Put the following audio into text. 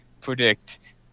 predict